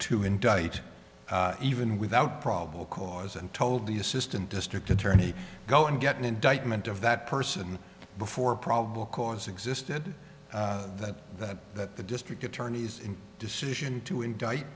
to indict even without probable cause and told the assistant district attorney go and get an indictment of that person before probable cause existed that that that the district attorney's decision to indict